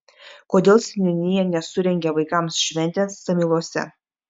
kodėl seniūnija nesurengė vaikams šventės samyluose